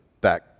back